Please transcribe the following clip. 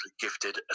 gifted